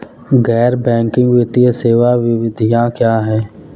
गैर बैंकिंग वित्तीय सेवा गतिविधियाँ क्या हैं?